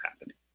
happening